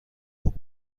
خوب